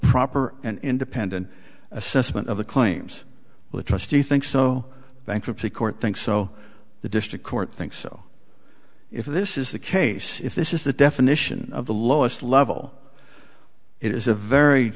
proper and independent assessment of the claims of the trustee thinks so bankruptcy court thinks so the district court thinks so if this is the case if this is the definition of the lowest level it is a very